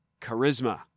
charisma